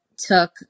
took